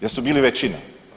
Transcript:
Jer su bili većina.